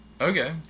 Okay